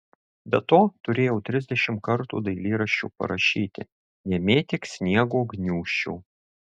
be to turėjau trisdešimt kartų dailyraščiu parašyti nemėtyk sniego gniūžčių